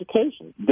education